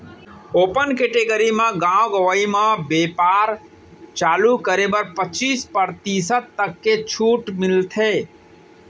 open category म गाँव गंवई म बेपार चालू करे बर पचीस परतिसत तक के छूट मिलथे